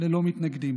ללא מתנגדים.